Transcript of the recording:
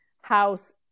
house